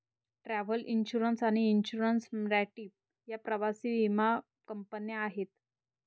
travel insurance आणि insure मॅट्रीप या प्रवासी विमा कंपन्या आहेत